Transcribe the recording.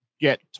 get